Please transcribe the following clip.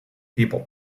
people